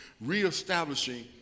reestablishing